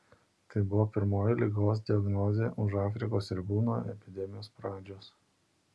tai buvo pirmoji ligos diagnozė už afrikos ribų nuo epidemijos pradžios